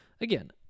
again